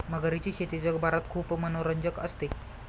मगरीची शेती जगभरात खूप मनोरंजक असते